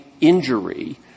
injury